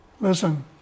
Listen